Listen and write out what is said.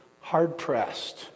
Hard-pressed